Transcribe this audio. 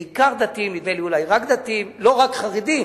בעיקר דתיים נדמה לי, אולי רק דתיים, לא רק חרדים,